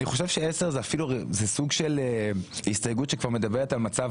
אני חושב ש-10 זה סוג של הסתייגות שכבר מדברת על מצב